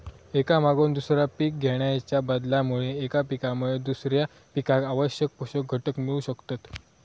एका मागून दुसरा पीक घेणाच्या बदलामुळे एका पिकामुळे दुसऱ्या पिकाक आवश्यक पोषक घटक मिळू शकतत